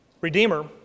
Redeemer